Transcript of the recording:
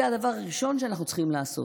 זה הדבר הראשון שאנחנו צריכים לעשות.